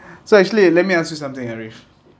so actually let me ask you something arif